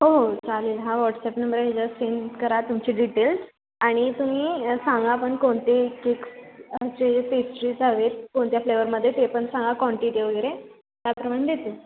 हो हो चालेल हा व्हॉट्सॲप नंबर आहे ह्याच्यावर सेंड करा तुमचे डिटेल्स आणि तुम्ही सांगा पण कोणते केक्सचे पेस्ट्रीज हवे आहेत कोणत्या फ्लेवरमध्ये ते पण सांगा क्वांटिटी वगैरे त्याप्रमाणे देते